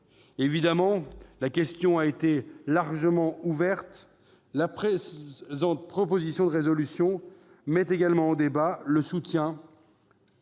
Évidemment, la question a été largement ouverte. Cette proposition de résolution met également en débat le soutien